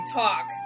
talk